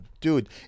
Dude